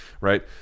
right